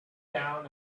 down